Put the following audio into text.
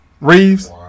Reeves